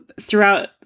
throughout